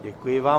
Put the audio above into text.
Děkuji vám.